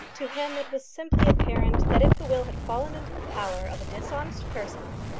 to him it was simply apparent that if the will had fallen into the power of a dishonest person,